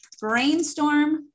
Brainstorm